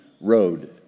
road